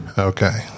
Okay